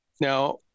Now